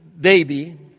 baby